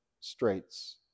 straits